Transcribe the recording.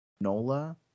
NOLA